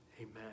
Amen